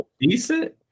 decent